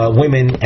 women